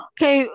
Okay